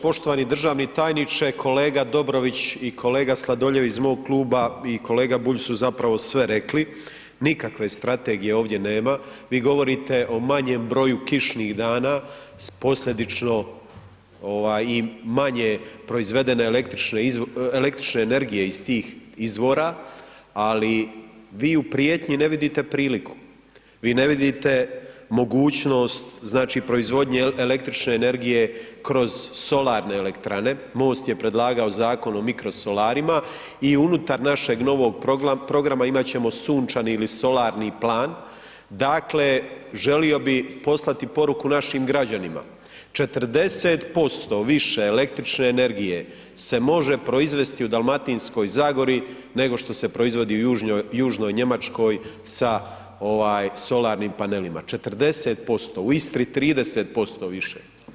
Poštovani državni tajniče, kolega Dobrović i kolega Sladoljev iz mog Kluba, i kolega Bulj su zapravo sve rekli, nikakve Strategije ovdje nema, vi govorite o manjem broju kišnih dana s posljedično, ovaj i manje proizvedene električne energije iz tih izvora, ali vi u prijetnji ne vidite priliku, vi ne vidite mogućnost, znači proizvodnje električne energije kroz solarne elektrane, MOST je predlagao Zakon o mikrosolarima i unutar našeg novog programa imat ćemo sunčani ili solarni plan, dakle želio bih poslati poruku našim građanima, 40% više električne energije se može proizvesti u Dalmatinskoj zagori nego što se proizvodi u južnoj Njemačkoj sa solarnim panelima, 40%, u Istri 30% više.